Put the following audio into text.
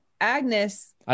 Agnes